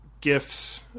gifts